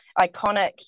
Iconic